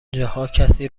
جاها، کسی